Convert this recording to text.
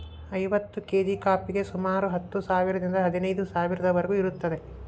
ಐವತ್ತು ಕೇಜಿ ಕಾಫಿಗೆ ಸುಮಾರು ಹತ್ತು ಸಾವಿರದಿಂದ ಹದಿನೈದು ಸಾವಿರದವರಿಗೂ ಇರುತ್ತದೆ